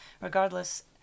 Regardless